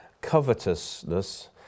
covetousness